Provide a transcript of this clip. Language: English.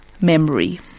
memory